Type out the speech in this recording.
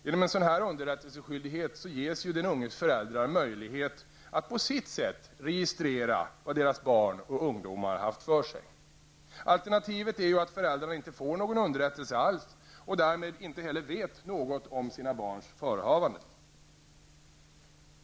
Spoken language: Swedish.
Genom en sådan underrättelseskyldighet ges ju den unges föräldrar möjlighet att på sitt sätt ''registrera'' vad deras barn och ungdomar haft för sig. Alternativet är ju att föräldrarna inte får någon underrättelse alls och därmed inte heller vet något om sina barns förehavanden.